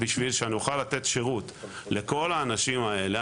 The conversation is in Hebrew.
בשביל שנוכל לתת שירות לכל האנשים האלה,